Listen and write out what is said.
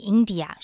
India